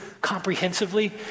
comprehensively